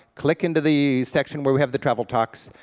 click into the section where we have the travel talks,